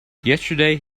yesterday